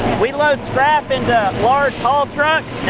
we load scrap into large haul trucks.